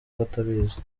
batabizi